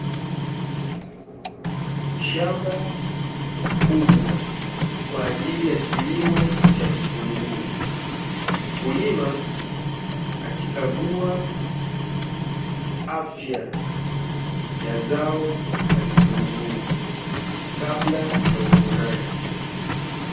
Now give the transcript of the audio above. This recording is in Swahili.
Shamba kubwa kwa ajili ya kilimo cha vitunguu, mkulima akikagua afya ya zao la kitunguu kabla ya uvunaji.